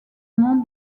nom